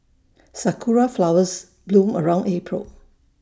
Sakura Flowers bloom around April